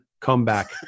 Comeback